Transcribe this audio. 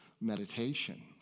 meditation